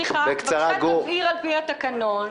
בבקשה תבהיר על פי התקנון,